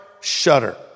shudder